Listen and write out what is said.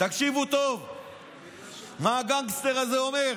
תקשיבו טוב מה הגנגסטר הזה אומר: